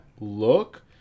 look